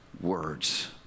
words